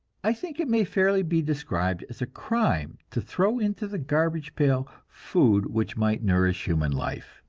i think it may fairly be described as a crime to throw into the garbage pail food which might nourish human life.